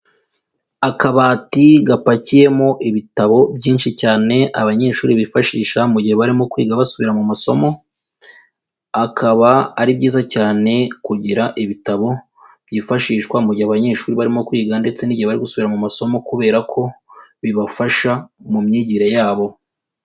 Akabati gapakiyemo ibitabo byinshi cyane abanyeshuri bifashisha mu gihe barimo kwiga basubira mu masomo, akaba ari byiza cyane kugira ibitabo byifashishwa mu gihe abanyeshuri barimo kwiga ndetse n'igihe bari gusubira mu masomo kubera ko bibafasha mu myigire yabo.